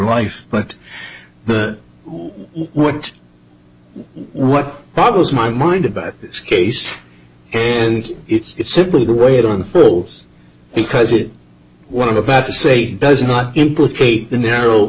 life but the what what boggles my mind about this case and it's simple to wait on full because it one of about to say does not implicate the narrow